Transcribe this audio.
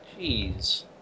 Jeez